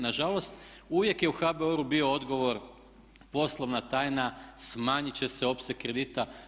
Nažalost, uvijek je u HBOR-u bio odgovor, poslovna tajna, smanjiti će se opseg kredita.